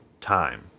time